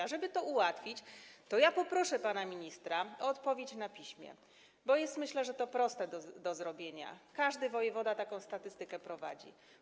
A żeby to ułatwić, poproszę pana ministra o odpowiedź na piśmie, bo to jest, myślę, proste do zrobienia, każdy wojewoda taką statystykę prowadzi.